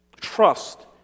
Trust